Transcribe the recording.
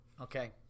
okay